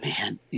man